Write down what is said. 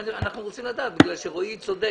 אנחנו רוצים לדעת כי רועי צודק.